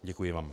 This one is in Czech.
Děkuji vám.